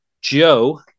Joe